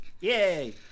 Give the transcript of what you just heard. Yay